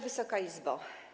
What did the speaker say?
Wysoka Izbo!